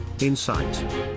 Insight